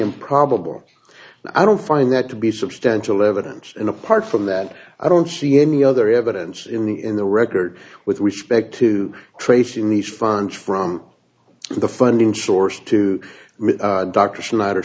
improbable i don't find that to be substantial evidence and apart from that i don't see any other evidence in the in the record with respect to tracing the front from the funding source to dr schneider